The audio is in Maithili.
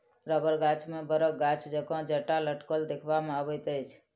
रबड़ गाछ मे बड़क गाछ जकाँ जटा लटकल देखबा मे अबैत अछि